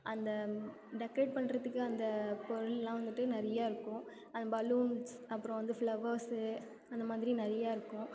அந்த டெக்ரேட் பண்ணுறத்துக்கு அந்த பொருள்லாம் வந்துவிட்டு நிறைய இருக்கும் அந்த பலூன்ஸ் அப்புறம் வந்து ஃப்ளவர்ஸு அந்த மாதிரி நிறையா இருக்கும்